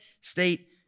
State